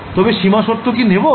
তবে সীমা শর্ত কি নেবো